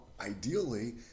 ideally